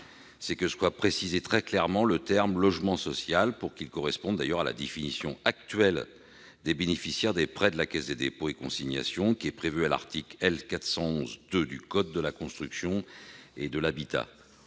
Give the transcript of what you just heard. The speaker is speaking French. pour que soit précisé très clairement le terme « logement social », afin qu'il corresponde à la définition actuelle des bénéficiaires des prêts de la Caisse des dépôts et consignations prévue à l'article L. 411-2 du code de la construction et de l'habitation.